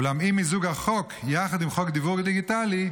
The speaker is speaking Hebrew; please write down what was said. אולם עם מיזוג החוק עם חוק דיוור דיגיטלי,